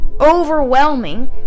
overwhelming